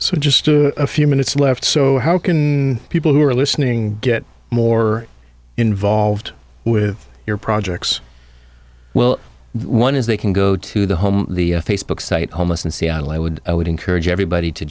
so just a few minutes left so how can people who are listening get more involved with your projects well one is they can go to the home the facebook site almost in seattle i would i would encourage everybody to